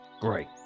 Great